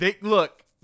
Look